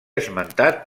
esmentat